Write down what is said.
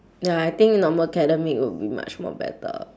ya I think normal academic would be much more better